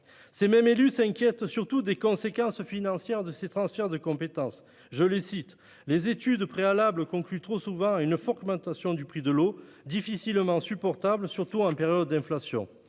Les mêmes élus s'inquiètent surtout des conséquences financières des transferts de compétences prévus :« Les études préalables concluent trop souvent à une forte augmentation du prix de l'eau, difficilement supportable, surtout en période d'inflation.